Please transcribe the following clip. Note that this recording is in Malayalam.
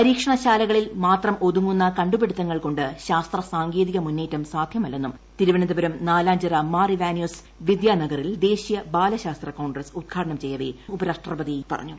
പരീക്ഷണശാലകളിൽ മാത്രമൊതുങ്ങുന്ന കണ്ടുപിടുത്തങ്ങൾ കൊണ്ട് ശാസ്ത്ര ക് സാങ്കേതിക മുന്നേറ്റം സാധൃമല്ലെന്നും തിരുവനന്തപുരം നട്ടിലാഞ്ചിറ മാർ ഇവാനിയോസ് വിദ്യാനഗറിൽ ദേശീയ ബാലശ്രാ്സ്ത്ര കോൺഗ്രസ് ഉദ്ഘാടനം ചെയ്യവെ ഉപരാഷ്ട്രപതി പറ്റഞ്ഞു